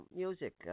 music